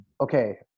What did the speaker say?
okay